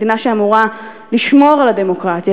מדינה שאמורה לשמור על הדמוקרטיה.